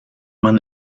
man